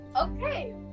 Okay